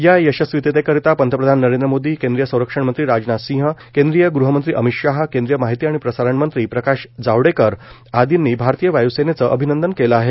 या यशस्वीततेकरीता पंतप्रधान नरेंद्र मोदी केंद्रीय संरक्षण मंत्री राजनाथ सिंह केंद्रीय गृहमंत्री अमित शहा केंद्रीय माहिती आणि प्रसारण मंत्री प्रकाश जावडेकर आदींनी भारतीय वायूसेनेचं अभिनंदन केलं आहे